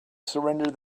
surrender